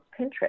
Pinterest